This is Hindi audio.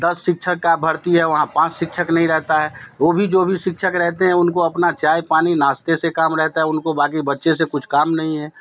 दस शिक्षक का भर्ती है वहाँ पाँच शिक्षक नहीं रहते हैं वो भी जो भी शिक्षक रहते हैं उनको अपना चाय पानी नाश्ते से काम रहता है उनको बाक़ी बच्चे से कुछ काम नहीं है